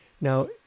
Now